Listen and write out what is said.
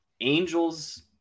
angels